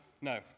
No